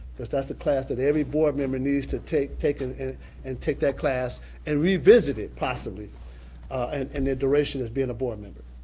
cause that's a class that every board member needs to take take and and take that class and revisit it possibly and in their duration as being a board member.